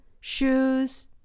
shoes